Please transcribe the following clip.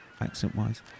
accent-wise